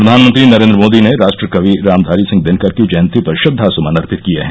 प्रघानमंत्री नरेन्द्र मोदी ने राष्ट्रकवि रामधारी सिंह दिनकर की जयंती पर श्रद्वा समन अर्पित किए हैं